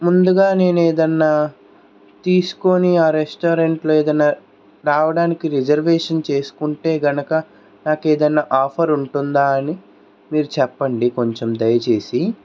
ముందుగా నేను ఏదన్నా తీసుకుని ఆ రెస్టారెంట్లో ఏదన్నా రావడానికి రిజర్వేషన్ చేసుకుంటే కనుక నాకేదన్నా ఆఫర్ ఉంటుందా అని మీరు చెప్పండి కొంచెం దయచేసి